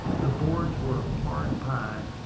the boards were of hard pine,